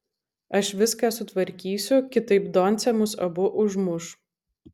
aš viską sutvarkysiu kitaip doncė mus abu užmuš